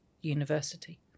university